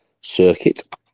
circuit